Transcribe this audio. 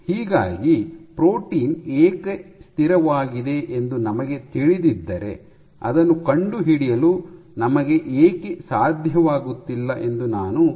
ಹೀಗಾಗಿ ಪ್ರೋಟೀನ್ ಏಕೆ ಸ್ಥಿರವಾಗಿದೆ ಎಂದು ನಮಗೆ ತಿಳಿದಿದ್ದರೆ ಅದನ್ನು ಕಂಡುಹಿಡಿಯಲು ನಮಗೆ ಏಕೆ ಸಾಧ್ಯವಾಗುತ್ತಿಲ್ಲ ಎಂದು ನಾನು ಹೇಳುತ್ತಿದ್ದೇನೆ